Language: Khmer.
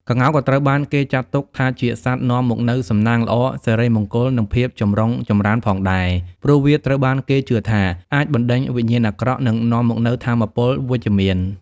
ក្ងោកក៏ត្រូវបានគេចាត់ទុកថាជាសត្វនាំមកនូវ សំណាងល្អ សិរីមង្គល និង ភាពចម្រុងចម្រើន ផងដែរ ព្រោះវាត្រូវបានគេជឿថាអាចបណ្តេញវិញ្ញាណអាក្រក់ និងនាំមកនូវថាមពលវិជ្ជមាន។